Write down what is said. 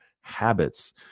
habits